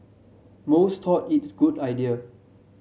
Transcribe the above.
most thought it a good idea